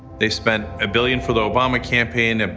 they spent a billion for the obama campaign,